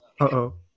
Uh-oh